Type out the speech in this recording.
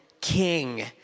King